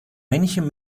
männchen